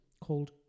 called